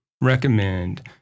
recommend